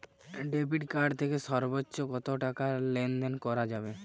Debit card থেকে সর্বোচ্চ কত টাকা লেনদেন করা যাবে?